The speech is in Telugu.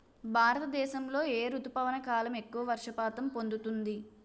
భారతదేశంలో ఏ రుతుపవన కాలం ఎక్కువ వర్షపాతం పొందుతుంది?